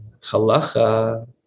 halacha